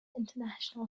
international